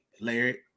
Larry